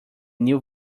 new